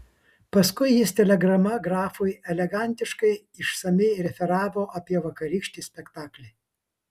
paskui jis telegrama grafui elegantiškai išsamiai referavo apie vakarykštį spektaklį